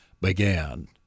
began